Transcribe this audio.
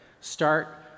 Start